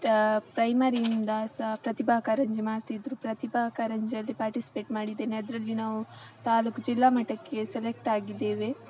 ಪ್ರೈಮರಿಯಿಂದ ಸಹಾ ಪ್ರತಿಭಾ ಕಾರಂಜಿ ಮಾಡ್ತಿದ್ದರು ಪ್ರತಿಭಾ ಕಾರಂಜಿಯಲ್ಲಿ ಪಾರ್ಟಿಸಿಪೇಟ್ ಮಾಡಿದ್ದೇನೆ ಅದರಲ್ಲಿ ನಾವು ತಾಲ್ಲೂಕು ಜಿಲ್ಲ ಮಟ್ಟಕ್ಕೆ ಸೆಲೆಕ್ಟ್ ಆಗಿದ್ದೇವೆ